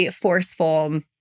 forceful